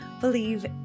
believe